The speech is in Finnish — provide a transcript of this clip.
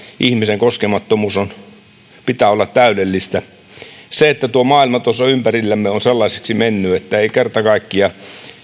ihmisen koskemattomuuden pitää olla täydellistä maailma ympärillämme on sellaiseksi mennyt että ei kerta kaikkiaan